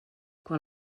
quan